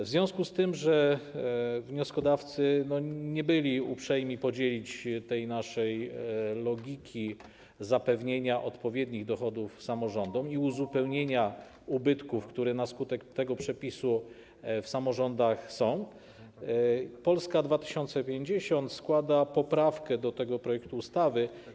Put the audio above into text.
W związku z tym, że wnioskodawcy nie byli uprzejmi podzielić tej naszej logiki zapewnienia odpowiednich dochodów samorządom i uzupełnienia ubytków, które na skutek tego przepisu w samorządach wystąpią, Polska 2050 składa poprawkę do tego projektu ustawy.